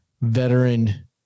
veteran